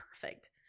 perfect